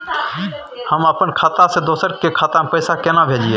हम अपन खाता से दोसर के खाता में पैसा केना भेजिए?